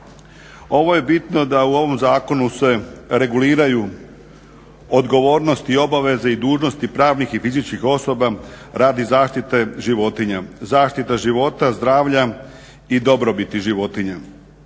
Ovo je bitno da u ovom zakonu se reguliraju odgovornost i obaveze i dužnosti pravnih i fizičkih osoba radi zaštite životinja, zaštita života, zdravlja i dobrobiti životinja.